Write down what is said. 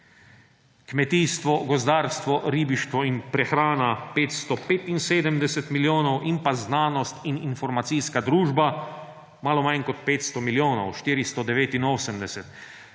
kmetijstvo, gozdarstvo, ribištvo in prehrana – 575 milijonov in pa znanost in informacijska družba, malo manj kot 500 milijonov – 489. Namenoma